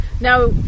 Now